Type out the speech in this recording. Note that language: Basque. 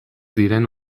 diren